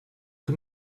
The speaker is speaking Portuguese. que